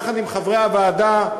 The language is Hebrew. יחד עם חברי הוועדה,